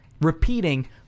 Repeating